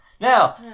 Now